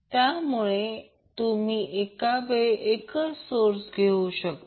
त्यामुळे तुम्ही एकावेळेस एकच सोर्स घेऊ शकता